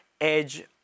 Edge